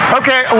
okay